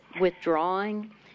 withdrawing